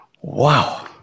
Wow